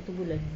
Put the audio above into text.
sebulan